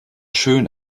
schön